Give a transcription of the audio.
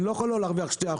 אני לא יכול להרוויח 2%,